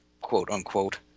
quote-unquote